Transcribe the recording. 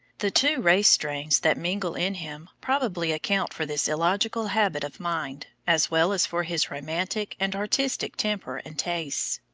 the two race strains that mingle in him probably account for this illogical habit of mind, as well as for his romantic and artistic temper and tastes.